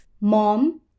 Mom